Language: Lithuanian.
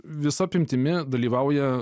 visa apimtimi dalyvauja